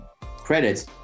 credits